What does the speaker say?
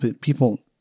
people